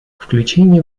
включение